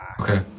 Okay